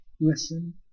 listen